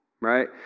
Right